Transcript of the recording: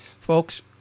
folks